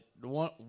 one